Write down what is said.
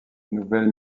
nouvelle